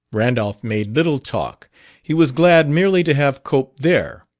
randolph made little talk he was glad merely to have cope there.